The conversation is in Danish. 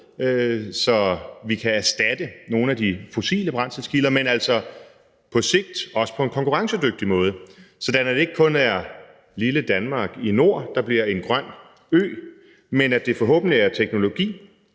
så vi kan erstatte nogle af de fossile brændselskilder, men altså på sigt også på en konkurrencedygtig måde, sådan at det ikke kun er lille Danmark i nord, der bliver en grøn ø, men at det forhåbentlig er teknologi,